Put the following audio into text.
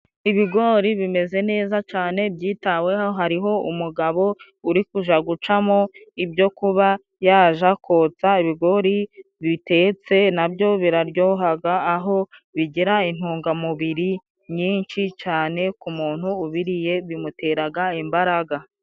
Ibigori bimeze neza cyane byitaweho, hariho umugabo uri kujya gucamo ibyo kuba yajya kotsa, ibigori bitetse na byo biraryoha, aho bigira intungamubiri nyinshi cyane ku muntu ubiriye bimutera imbaraga.